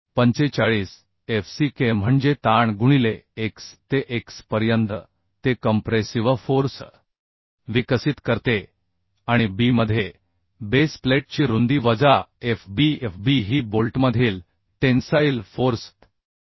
45 f c k म्हणजे ताण गुणिले x ते x पर्यंत ते कंप्रेसिव्ह फोर्स विकसित करते आणि b मध्ये बेस प्लेटची रुंदी वजा f b f b ही बोल्टमधील टेन्साईल फोर्स आहे